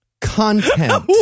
content